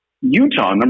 Utah